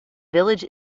village